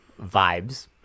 vibes